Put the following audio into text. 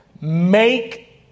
Make